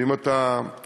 ואם אתה שומע,